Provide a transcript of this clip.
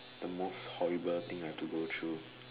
the most horrible thing I have to go through